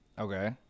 Okay